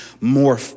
more